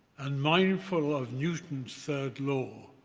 and mindful of newton's third law,